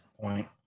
point